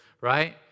right